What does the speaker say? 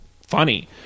funny